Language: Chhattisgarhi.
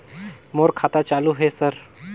मोर खाता चालु हे सर?